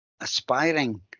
aspiring